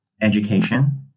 education